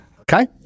Okay